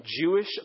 Jewish